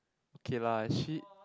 K lah she